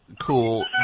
cool